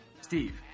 Steve